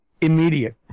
immediate